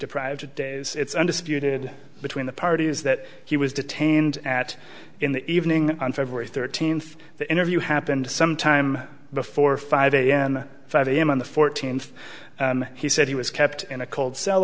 deprived days it's undisputed between the parties that he was detained at in the evening on february thirteenth the interview happened some time before five am five am on the fourteenth he said he was kept in a cold cell